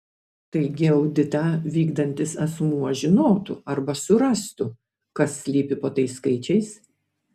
taigi auditą vykdantis asmuo žinotų arba surastų kas slypi po tais skaičiais